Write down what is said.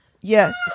Yes